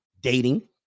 Dating